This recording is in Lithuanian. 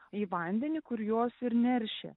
į vandenį kur jos ir neršia